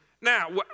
Now